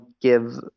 give